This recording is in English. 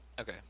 Okay